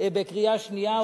בקריאה שנייה ובקריאה שלישית.